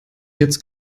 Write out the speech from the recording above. jetzt